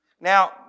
Now